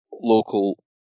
local